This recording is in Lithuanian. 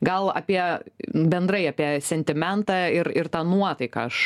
gal apie bendrai apie sentimentą ir ir tą nuotaiką aš